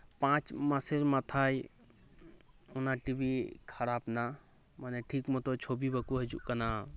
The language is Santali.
ᱯᱟᱸᱪ ᱢᱟᱥᱮᱨ ᱢᱟᱛᱷᱟᱭ ᱚᱱᱟ ᱴᱤᱵᱷᱤ ᱠᱷᱟᱨᱟᱯ ᱮᱱᱟ ᱢᱟᱱᱮ ᱴᱷᱤᱠ ᱢᱚᱛᱚ ᱪᱷᱚᱵᱤ ᱵᱟᱠᱚ ᱦᱤᱡᱩᱜ ᱠᱟᱱᱟ